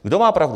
Kdo má pravdu?